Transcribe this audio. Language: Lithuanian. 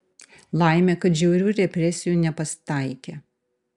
laimė kad žiaurių represijų nepasitaikė